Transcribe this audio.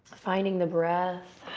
finding the breath,